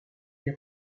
les